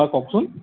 হয় কওকচোন